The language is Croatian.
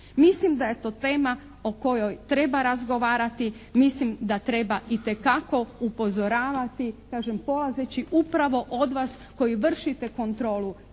Mislim da je to tema o kojoj treba razgovarati, mislim da treba itekako upozoravati. Kažem, polazeći upravo od vas koji vršite kontrolu